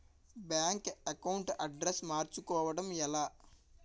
Bank account address మార్చుకోవడం ఎలా?